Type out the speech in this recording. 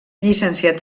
llicenciat